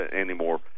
anymore